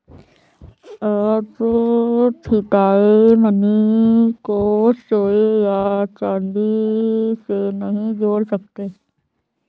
आप fiat money को सोने या चांदी से नहीं जोड़ सकते